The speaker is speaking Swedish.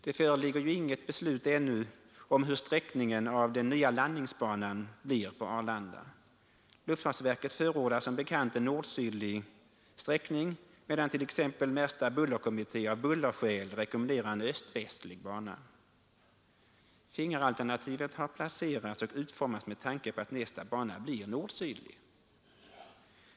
Det föreligger ännu inget beslut om hur sträckningen av den nya landningsbanan blir på Arlanda. Luftfartsverket förordar som bekant en nord-sydlig sträckning, medan t.ex. Märsta bullerkommitté av bullerskäl rekommenderar en öst-västlig bana. Fingeralternativet har placerats och utformats med tanke på att nästa bana blir nord-sydlig.